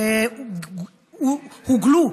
שהוגלו,